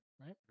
right